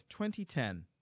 2010